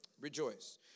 Rejoice